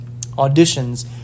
auditions